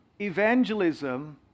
Evangelism